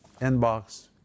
inbox